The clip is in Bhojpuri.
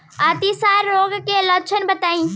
अतिसार रोग के लक्षण बताई?